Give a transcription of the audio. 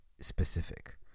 specific